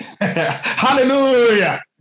Hallelujah